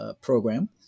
program